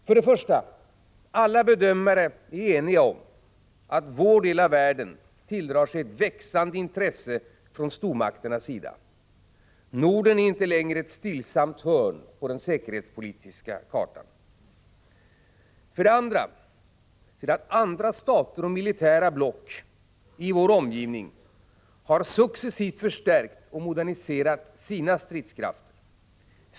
För det första: alla bedömare är i dag eniga om att vår del av världen tilldrar sig ett växande intresse från stormakternas sida. Norden är inte längre ett stillsamt hörn på den säkerhetspolitiska kartan. För det andra: andra stater och militära block i vår omgivning har successivt förstärkt och moderniserat sina stridskrafter.